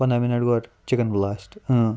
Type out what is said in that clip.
پَنٛداہ مِنَٹ گۄڈٕ chicken blast